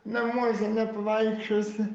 namuose nepavaikščiosi